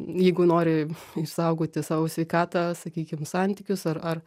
jeigu nori išsaugoti savo sveikatą sakykim santykius ar ar